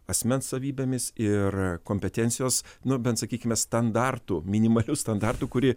asmens savybėmis ir kompetencijos nu bent sakykime standartų minimalių standartų kurį